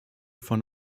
von